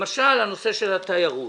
למשל הנושא של התיירות.